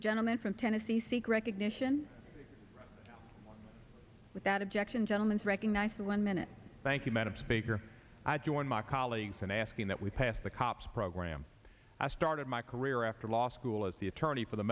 the gentleman from tennessee seek recognition without objection gentlemens recognized for one minute thank you madam speaker i join my colleagues in asking that we pass the ca program i started my career after law school as the attorney for the